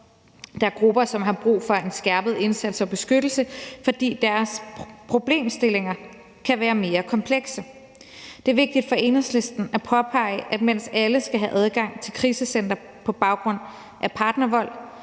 Der er grupper, som har brug for en skærpet indsats og beskyttelse, fordi deres problemstillinger kan være mere komplekse. Det er vigtigt for Enhedslisten at påpege, at mens alle skal have adgang til krisecentre på baggrund af partnervold,